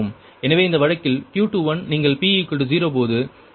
எனவே இந்த வழக்கில் Q21 நீங்கள் p 0 போது இங்கே நீங்கள் Q21 ஐ எழுதுகிறீர்கள்